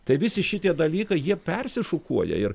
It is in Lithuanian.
tai visi šitie dalykai jie persišukuoja ir